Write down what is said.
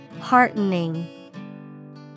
Heartening